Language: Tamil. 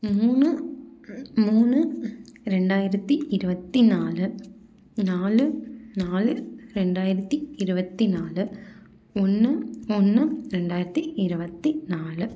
மூணு மூணு ரெண்டாயிரத்து இருபத்தி நாலு நாலு நாலு ரெண்டாயிரத்து இருபத்தி நாலு ஒன்று ஒன்று ரெண்டாயிரத்து இருபத்தி நாலு